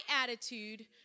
attitude